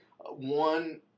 one